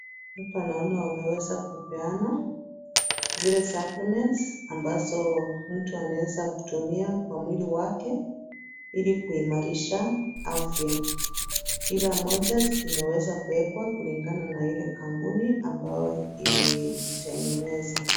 Hapa naona wameweza kupeana zile suppliments ambazo mtu anaweza kutumia kwa mwili wake ili kuimarisha afya. Kila moja imeweza kuwekwa kulingana na ile kampuni ambayo imeitengeneza.